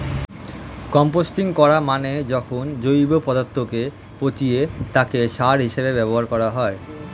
composting করা মানে যখন জৈব পদার্থকে পচিয়ে তাকে সার হিসেবে ব্যবহার করা হয়